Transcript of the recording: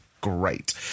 great